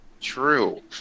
True